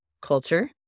culture